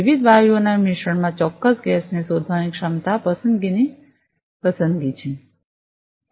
વિવિધ વાયુઓના મિશ્રણમાં ચોક્કસ ગેસને શોધવાની ક્ષમતા પસંદગીની પસંદગી છે